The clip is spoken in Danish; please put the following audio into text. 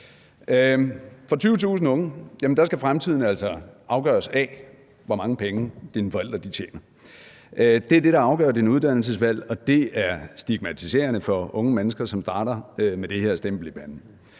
For 20.000 unge skal fremtiden altså afgøres af, hvor mange penge deres forældre tjener. Det er det, der afgør deres uddannelsesvalg, og det er stigmatiserende for unge mennesker, som starter med det her stempel i panden.